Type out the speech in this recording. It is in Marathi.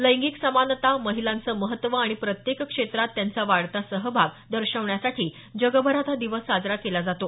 लैंगिक समानता महिलांचं महत्व आणि प्रत्येक क्षेत्रात त्यांचा वाढता सहभाग दर्शवण्यासाठी जगभरात हा दिवस साजरा केला जातो